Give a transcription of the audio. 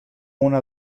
una